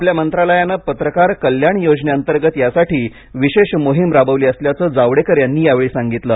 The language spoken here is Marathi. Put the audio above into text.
आपल्या मंत्रालयाने पत्रकार कल्याण योजनेंतर्गत यासाठी विशेष मोहीम राबवली असल्याचं जावडेकर यांनी यावेळी सांगितलं